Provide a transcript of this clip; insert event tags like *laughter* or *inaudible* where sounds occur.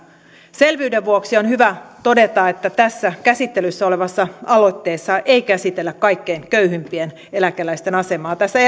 selvyyden vuoksi on hyvä todeta että tässä käsittelyssä olevassa aloitteessa ei käsitellä kaikkein köyhimpien eläkeläisten asemaa tässä *unintelligible*